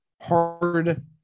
hard